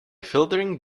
filtering